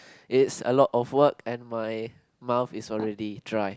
it's a lot of work and my mouth is already dry